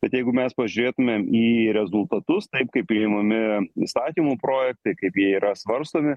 bet jeigu mes pažiūrėtumėme į rezultatus taip kaip priimami įstatymų projektai kaip jie yra svarstomi